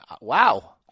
wow